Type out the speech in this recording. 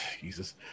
Jesus